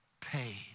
paid